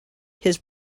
his